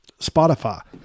Spotify